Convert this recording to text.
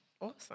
Awesome